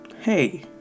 hey